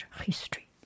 history